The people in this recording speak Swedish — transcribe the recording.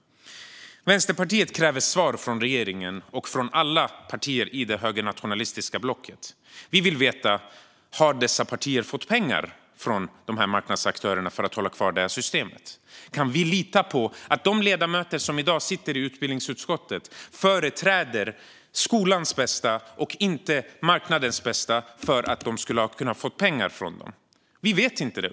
Vänsterpartiet kräver svar från regeringen och från alla partier i det högernationalistiska blocket. Vi vill veta: Har dessa partier fått pengar från marknadsaktörerna för att hålla kvar det här systemet? Kan vi lita på att de ledamöter som i dag sitter i utbildningsutskottet företräder skolans bästa, och inte marknadens bästa för att de skulle kunna ha fått pengar från aktörerna? Vi vet inte.